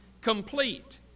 complete